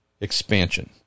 expansion